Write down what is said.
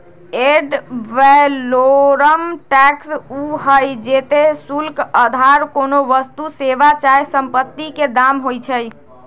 ad valorem tax उ हइ जेते शुल्क अधार कोनो वस्तु, सेवा चाहे सम्पति के दाम होइ छइ